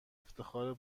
افتخار